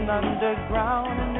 underground